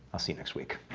i'll see you next week.